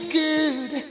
good